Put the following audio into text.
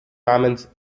namens